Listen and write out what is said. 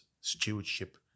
stewardship